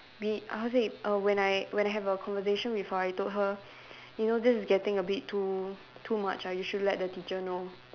b~ I would say err when I when I have a conversation with her I told her you know this is getting a bit too too much ah you should let the teacher know